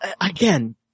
again